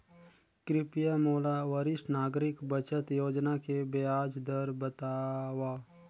कृपया मोला वरिष्ठ नागरिक बचत योजना के ब्याज दर बतावव